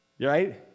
Right